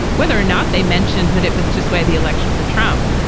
whether or not they mentioned that it was to sway the election for trump,